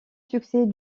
succès